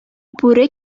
бүре